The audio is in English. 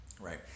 Right